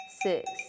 six